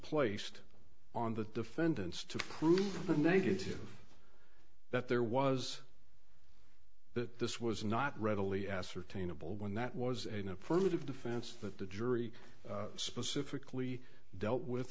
placed on the defendants to prove the negative that there was that this was not readily ascertainable when that was an affirmative defense that the jury specifically dealt with